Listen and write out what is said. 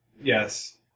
Yes